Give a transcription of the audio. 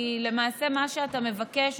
כי מה שאתה מבקש,